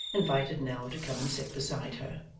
invited nell to come and sit beside her.